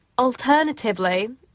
Alternatively